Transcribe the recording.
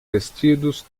vestidos